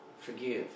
forgive